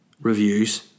reviews